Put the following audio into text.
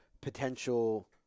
potential